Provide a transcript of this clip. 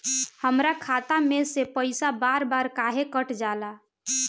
हमरा खाता में से पइसा बार बार काहे कट जाला?